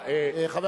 חבר